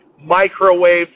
microwave